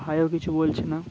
ভাইও কিছু বলছে না